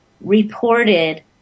reported